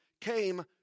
came